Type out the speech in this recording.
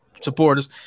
supporters